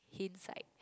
hint side